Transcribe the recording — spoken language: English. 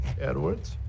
Edwards